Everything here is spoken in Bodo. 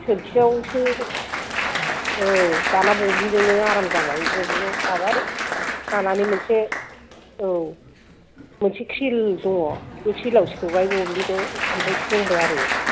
सोरखिआवसो औ दाना बबिनजोंनो आराम जाबाय बबिनआव साबाय सानानै मोनसे औ मोनसे ख्रिल दङ बे ख्रिलआव सोबाय बबिनखौ ओमफ्राय सोंबाय आरो